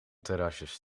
terrasjes